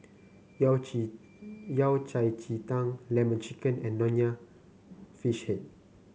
yao ji Yao Cai Ji Tang lemon chicken and Nonya Fish Head